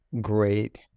great